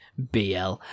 bl